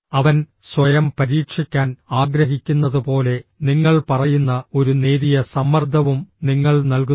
അവൻ സ്വയം പരീക്ഷിക്കാൻ ആഗ്രഹിക്കുന്നതുപോലെ നിങ്ങൾ പറയുന്ന ഒരു നേരിയ സമ്മർദ്ദവും നിങ്ങൾ നൽകുന്നു